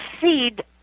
seed